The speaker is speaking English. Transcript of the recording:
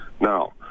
Now